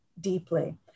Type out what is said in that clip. deeply